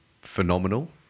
phenomenal